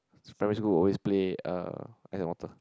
primary school will always play uh Ice and Water